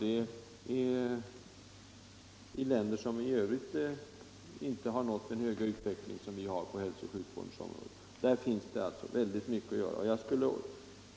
Det är länder som i övrigt inte nått den höga utveckling som vi har på hälso och sjukvårdens område. Här finns alltså mycket att göra.